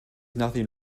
nothing